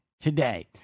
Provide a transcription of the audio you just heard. today